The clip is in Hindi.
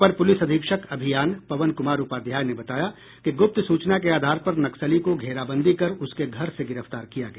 अपर प्रलिस अधीक्षक अभियान पवन कुमार उपाध्याय ने बताया कि गुप्त सूचना के आधार पर नक्सली को घेराबंदी कर उसके घर से गिरफ्तार किया गया